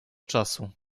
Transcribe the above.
czasu